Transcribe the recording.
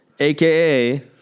AKA